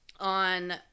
on